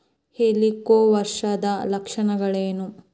ಹೆಲಿಕೋವರ್ಪದ ಲಕ್ಷಣಗಳೇನು?